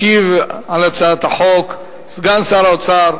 ישיב על הצעת החוק סגן שר האוצר,